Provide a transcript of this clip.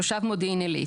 עוד תושב מודיעין עילית: